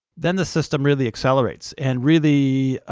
then the system really accelerates and really,